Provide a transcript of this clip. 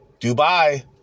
Dubai